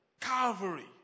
calvary